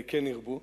כן ירבו,